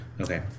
Okay